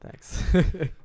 Thanks